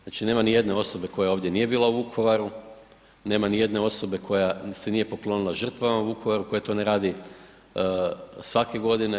Znači nema ni jedne osobe koja ovdje nije bila u Vukovaru, nema ni jedne osobe koja se nije poklonila žrtvama u Vukovaru, koja to ne radi svake godine.